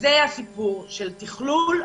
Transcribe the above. וזה הסיפור של תכלול,